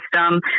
system